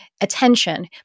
attention